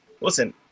listen